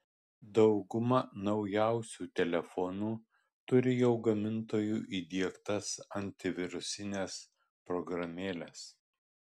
dauguma naujausių telefonų turi jau gamintojų įdiegtas antivirusines programėles